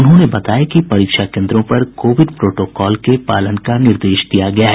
उन्होंने बताया कि परीक्षा केन्द्रों पर कोविड प्रोटोकॉल के पालन का निर्देश दिया गया है